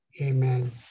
Amen